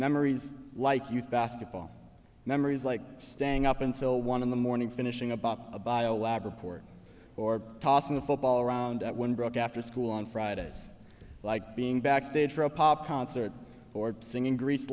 memories like youth basketball memories like staying up until one in the morning finishing up up a bio lab report or tossing a football around at one broke after school on friday is like being backstage for a pop concert or singing greased